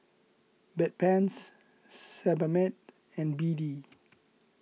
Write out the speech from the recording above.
Bedpans Sebamed and B D